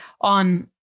on